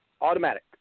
automatic